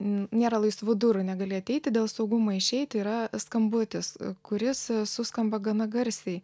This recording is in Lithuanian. nėra laisvų durų negali ateiti dėl saugumo išeiti yra skambutis kuris suskamba gana garsiai